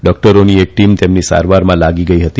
ડોકટરોની એક ટીમ તેમની સારવારમાં લાગી હતી